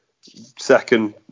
second